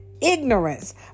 ignorance